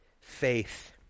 faith